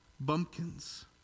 bumpkins